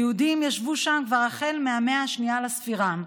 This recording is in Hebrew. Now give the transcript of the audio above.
יהודים ישבו שם כבר מהמאה השנייה לספירה.